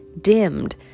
dimmed